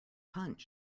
punch